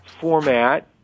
format